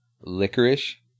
licorice